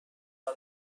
کار